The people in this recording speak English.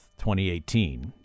2018